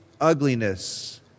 ugliness